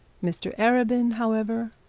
mr arabin, however,